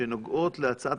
שנוגעות להצעת